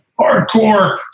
hardcore